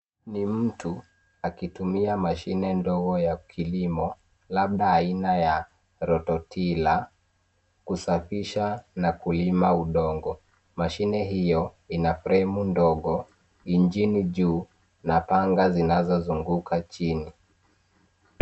Ni mtu akitumia mashine ndogo ya kilimo, labda aina ya rototiller, kusafisha na kulima udongo. Mashine hiyo ina fremu ndogo, injini juu na panga zinazozunguka chini.